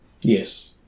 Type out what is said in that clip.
Yes